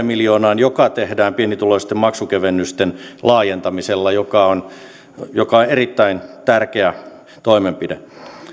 miljoonaan ja se tehdään pienituloisten maksukevennysten laajentamisella joka on erittäin tärkeä toimenpide